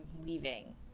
leaving